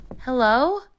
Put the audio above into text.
Hello